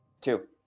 Two